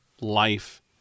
life